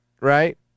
right